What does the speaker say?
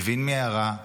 מבין מי הרע,